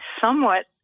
somewhat